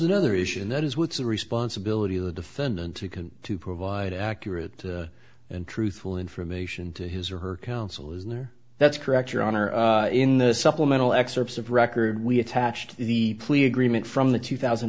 another issue and that is with the responsibility of the defendant to can to provide accurate and truthful information to his or her counsel is there that's correct your honor in the supplemental excerpts of record we attached the plea agreement from the two thousand